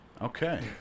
Okay